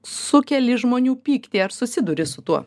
sukeli žmonių pyktį ar susiduri su tuo